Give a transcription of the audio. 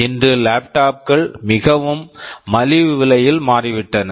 இன்று laptop laptop கள் மிகவும் மலிவு விலையில் மாறிவிட்டன